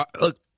Look